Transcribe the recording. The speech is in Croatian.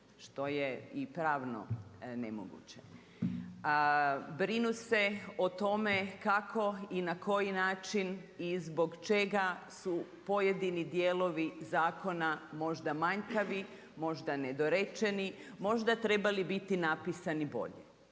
Što je i pravno nemoguće. Brinu se o tome kako i na koji način i zbog čega su pojedini dijelovi zakona možda manjkavi, možda nedorečeni, možda trebali biti napisani bolje.